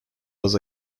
was